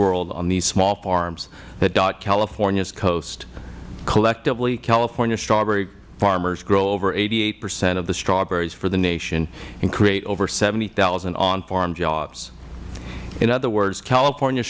world on these small farms that dot californias coast collectively california strawberry farmers grow over eighty eight percent of the strawberries for the nation and create over seventy zero on farm jobs in other words california